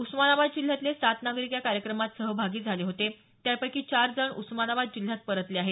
उस्मानाबाद जिल्ह्यातले सात नागरिक या कार्यक्रमात सहभागी झाले होते त्यापैकी चार जण उस्मानाबाद जिल्ह्यात परतले आहेत